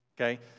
okay